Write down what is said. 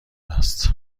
است